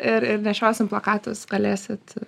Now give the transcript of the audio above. ir ir nešiosim plakatus galėsit